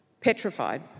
petrified